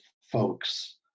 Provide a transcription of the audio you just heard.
folks